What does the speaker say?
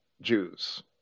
Jews